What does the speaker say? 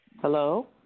Hello